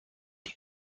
die